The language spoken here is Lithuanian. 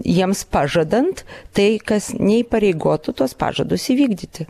jiems pažadant tai kas neįpareigotų tuos pažadus įvykdyti